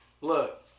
Look